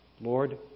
Lord